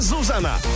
Zuzana